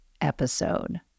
episode